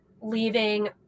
leaving